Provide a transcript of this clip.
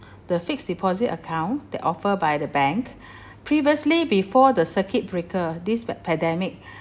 the fixed deposit account that offer by the bank previously before the circuit breaker this pa~ pandemic